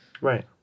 Right